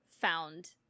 found